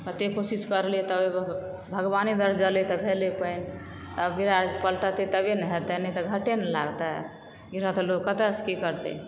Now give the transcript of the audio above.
कतय कोशिश करलियै तब भगवाने गरजलय तऽ भेलय पानि तऽ विरार पलटतय तबे न हेतय नहि तऽ घटे न लागतै गृहस्थ लोग कतयसँ की करतै